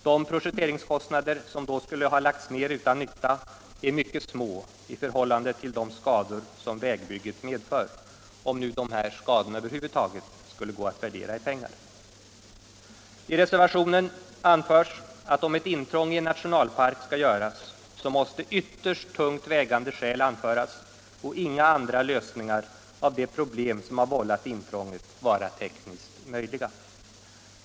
De projekteringskostnader som då kommer att ha lagts ned utan nytta är mycket små i förhållande till de skador som vägbygget medför — om dessa skador nu över huvud taget skulle gå att värdera i pengar. I reservationen anförs att om ett intrång i nationalpark skall göras måste ytterst tungt vägande skäl anföras och inga andra lösningar av det problem som vållat intrånget vara tekniskt möjliga.